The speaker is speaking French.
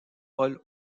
paul